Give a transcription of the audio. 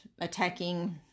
attacking